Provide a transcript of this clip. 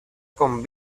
con